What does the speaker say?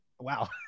wow